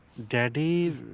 daddy,